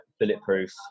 bulletproof